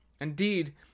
Indeed